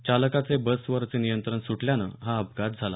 चालकाचे बसवरचे नियंत्रण सुटल्यानं हा अपघात झाला